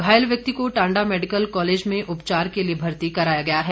घायल व्यक्ति को टांडा मैडिकल कॉलेज में उपचार के लिए भर्ती कराया गया है